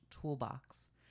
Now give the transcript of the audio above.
toolbox